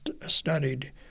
studied